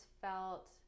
felt